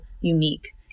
unique